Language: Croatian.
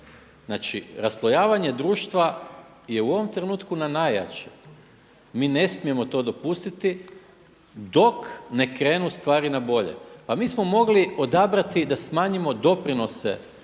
Znači raslojavanje društva je u ovom trenutku na najjačem. Mi ne smijemo to dopustiti dok ne krenu stvari na bolje. Pa mi smo mogli odabrati da smanjimo doprinose